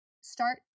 start